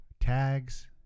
tags